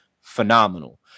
phenomenal